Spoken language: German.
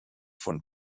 von